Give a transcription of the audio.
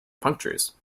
punctures